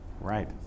right